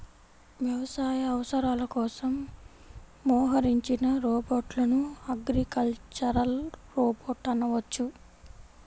వ్యవసాయ అవసరాల కోసం మోహరించిన రోబోట్లను అగ్రికల్చరల్ రోబోట్ అనవచ్చు